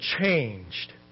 changed